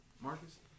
Marcus